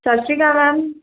Sat Sri Akal ma'am